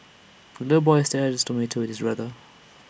the little boy shared his tomato with his brother